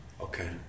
Okay